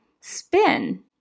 spin